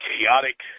chaotic